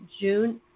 June